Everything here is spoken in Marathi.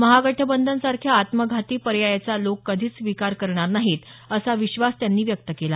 महागठबंधनसारख्या आत्मघाती पर्यायाचा लोक कधीच स्वीकार करणार नाहीत असा विश्वास त्यांनी व्यक्त केला